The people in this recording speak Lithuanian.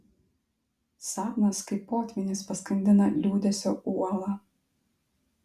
sapnas kaip potvynis paskandina liūdesio uolą